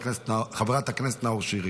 חברת הכנסת נאור שירי.